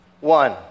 One